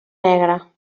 negre